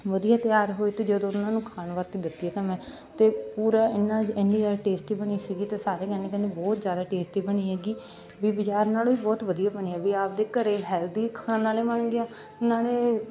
ਵਧੀਆ ਤਿਆਰ ਹੋਏ ਅਤੇ ਜਦੋਂ ਉਹਨਾਂ ਨੂੰ ਖਾਣ ਵਾਸਤੇ ਦਿੱਤੀ ਤਾਂ ਮੈਂ ਅਤੇ ਪੂਰਾ ਇੰਨਾ ਜਾ ਇੰਨੀ ਜ਼ਿਆਦਾ ਟੇਸਟੀ ਬਣੀ ਸੀਗੀ ਅਤੇ ਸਾਰੇ ਕਹਿੰਦੇ ਕਹਿੰਦੇ ਬਹੁਤ ਜ਼ਿਆਦਾ ਟੇਸਟੀ ਬਣੀ ਹੈਗੀ ਵੀ ਬਜ਼ਾਰ ਨਾਲੋਂ ਵੀ ਬਹੁਤ ਵਧੀਆ ਬਣੀ ਹੈ ਵੀ ਆਪਦੇ ਘਰੇ ਹੈਲਦੀ ਖਾਣ ਵਾਲੇ ਬਣ ਗਿਆ ਨਾਲੇ